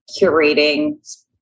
curating